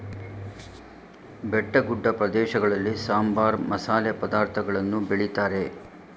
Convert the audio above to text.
ಬೆಟ್ಟಗುಡ್ಡ ಪ್ರದೇಶಗಳಲ್ಲಿ ಸಾಂಬಾರ, ಮಸಾಲೆ ಪದಾರ್ಥಗಳನ್ನು ಬೆಳಿತಾರೆ